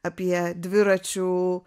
apie dviračių